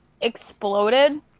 exploded